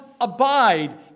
abide